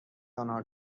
آنها